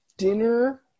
dinner